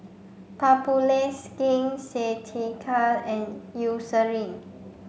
Papulex Skin Ceuticals and Eucerin